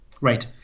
Right